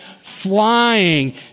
flying